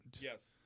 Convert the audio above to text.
Yes